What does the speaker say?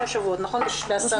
ב-10